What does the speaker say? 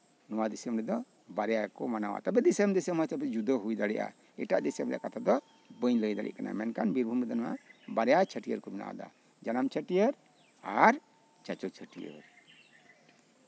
ᱱᱚᱣᱟ ᱫᱤᱥᱚᱢ ᱨᱮᱫᱚ ᱵᱟᱨᱭᱟ ᱜᱮᱠᱚ ᱢᱟᱱᱟᱣᱟ ᱮᱴᱟᱜ ᱫᱤᱥᱳᱢ ᱦᱚᱭᱛᱳ ᱡᱩᱫᱟᱹ ᱦᱩᱭ ᱫᱟᱲᱮᱭᱟᱜᱼᱟ ᱮᱴᱟᱜ ᱫᱤᱥᱚᱢ ᱨᱮᱭᱟᱜ ᱠᱟᱛᱷᱟ ᱫᱚ ᱵᱟᱹᱧ ᱞᱟᱹᱭ ᱫᱟᱲᱮᱭᱟᱜ ᱠᱟᱱᱟ ᱢᱮᱱᱠᱷᱟᱱ ᱵᱤᱨᱵᱷᱩᱢ ᱨᱮᱫᱚ ᱵᱟᱨᱭᱟ ᱪᱷᱟᱹᱴᱭᱟᱹᱨ ᱠᱚ ᱢᱟᱱᱟᱣᱫᱟ ᱡᱟᱱᱟᱢ ᱪᱷᱟᱹᱴᱭᱟᱹᱨ ᱟᱨ ᱪᱟᱪᱳ ᱪᱷᱟᱹᱴᱭᱟᱹᱨ